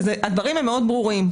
הדברים הם ברורים מאוד.